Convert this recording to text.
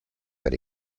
per